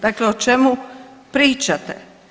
Dakle, o čemu pričate?